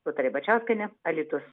rūta ribačiauskienė alytus